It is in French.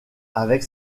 avec